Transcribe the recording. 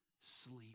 sleep